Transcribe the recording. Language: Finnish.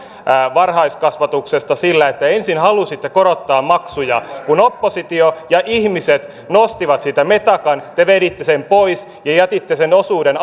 varhaiskasvatuksesta sillä että ensin halusitte korottaa maksuja kun oppositio ja ihmiset nostivat siitä metakan te veditte sen pois ja jätitte sen osuuden